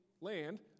land